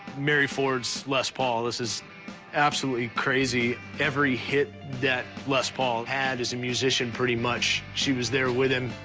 mary ford's, les paul this is absolutely crazy. every hit that les paul had as a musician, pretty much she was there with him.